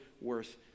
worth